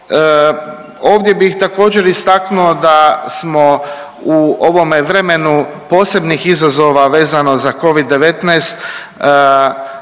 Ovdje bih također istaknuo da smo u ovome vremenu posebnih izazova vezano za covid-19